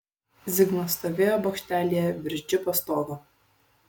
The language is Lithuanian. zigmas stovėjo bokštelyje virš džipo stogo